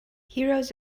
heroes